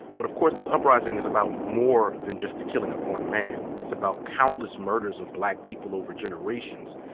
but of course this uprising is about more than just the killing of one man. it's about countless murders of black people over generations,